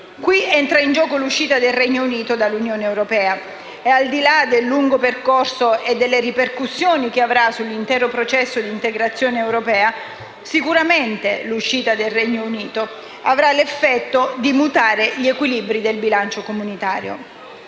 Qui entra in gioco l'uscita del Regno Unito dall'Unione europea. Al di là del lungo percorso e delle ripercussioni che avrà sull'intero processo di integrazione europea, l'uscita del Regno Unito avrà certamente l'effetto di mutare gli equilibri del bilancio comunitario.